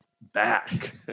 back